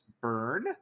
Burn